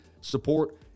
support